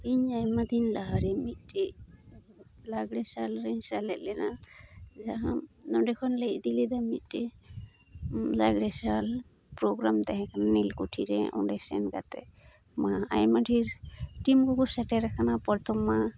ᱤᱧ ᱟᱭᱢᱟ ᱫᱤᱱ ᱞᱟᱦᱟᱨᱮ ᱢᱤᱫᱴᱮᱡ ᱞᱟᱜᱽᱬᱮ ᱥᱟᱞ ᱨᱮᱧ ᱥᱮᱞᱮᱫ ᱞᱮᱱᱟ ᱡᱟᱦᱟᱸ ᱱᱚᱰᱮ ᱠᱷᱚᱱ ᱞᱮ ᱤᱫᱤ ᱞᱮᱫᱟ ᱢᱤᱫᱴᱮᱡ ᱞᱟᱜᱽᱬᱮ ᱥᱟᱞ ᱯᱨᱳᱜᱨᱟᱢ ᱛᱟᱦᱮᱸ ᱠᱟᱱᱟ ᱱᱤᱞᱠᱩᱴᱷᱤ ᱨᱮ ᱚᱸᱰᱮ ᱥᱮᱱ ᱠᱟᱛᱮ ᱢᱟ ᱟᱭᱢᱟ ᱰᱷᱮᱨ ᱴᱤᱢ ᱠᱚ ᱠᱚ ᱥᱮᱴᱮᱨ ᱟᱠᱟᱱᱟ ᱯᱚᱨᱛᱷᱚᱢ ᱢᱟ